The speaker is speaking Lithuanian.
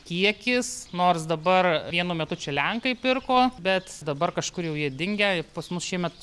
kiekis nors dabar vienu metu čia lenkai pirko bet dabar kažkur jau jie dingę pas mus šiemet